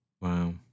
Wow